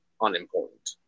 unimportant